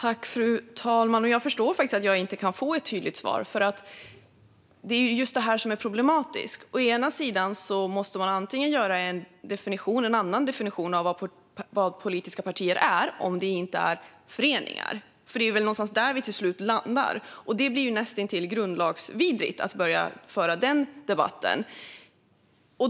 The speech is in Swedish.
Fru talman! Jag förstår att jag inte kan få ett tydligt svar. Det är det här som är problematiskt. Å ena sidan får man göra en annan definition av vad politiska partier är om de inte är föreningar. Det är väl någonstans där vi till slut landar, och det blir näst intill grundlagsvidrigt att börja föra den debatten.